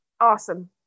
Awesome